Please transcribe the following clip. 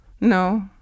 no